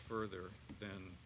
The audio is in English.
further then